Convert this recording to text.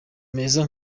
meza